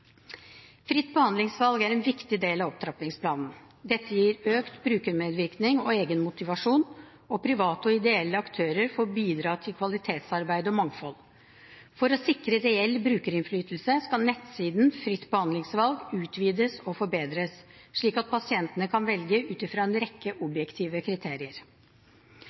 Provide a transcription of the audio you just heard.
Fritt behandlingsvalg er en viktig del av opptrappingsplanen. Dette gir økt brukermedvirkning og egenmotivasjon, og private og ideelle aktører får bidra til kvalitetsarbeid og mangfold. For å sikre reell brukerinnflytelse skal nettsiden «fritt behandlingsvalg» utvides og forbedres, slik at pasientene kan velge ut fra en rekke objektive kriterier.